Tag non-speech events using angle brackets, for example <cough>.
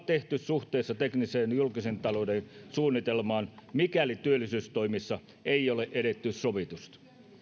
<unintelligible> tehty suhteessa tekniseen julkisen talouden suunnitelmaan mikäli työllisyystoimissa ei ole edetty sovitusti